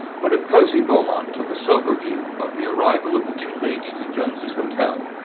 but if percy beaumont took a somber view of the arrival of the two ladies at jones's hotel,